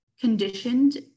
conditioned